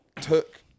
took